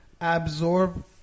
absorb